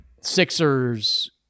Sixers